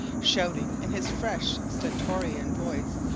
shouting in his fresh, stentorian voice,